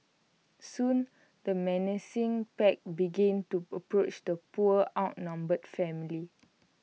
soon the menacing pack begin to approach the poor outnumbered family